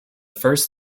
first